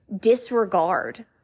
disregard